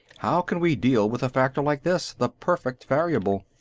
how can we deal with a factor like this? the perfect variable.